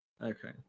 Okay